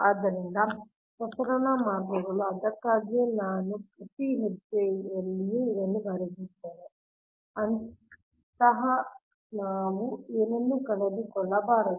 ಆದ್ದರಿಂದ ಪ್ರಸರಣ ಮಾರ್ಗಗಳು ಅದಕ್ಕಾಗಿಯೇ ನಾನು ಪ್ರತಿ ಹೆಜ್ಜೆಯನ್ನು ಇಲ್ಲಿ ಬರೆದಿದ್ದೇನೆ ಅಂತಹ ನಾವು ಏನನ್ನೂ ಕಳೆದುಕೊಳ್ಳಬಾರದು